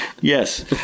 Yes